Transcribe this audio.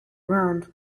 round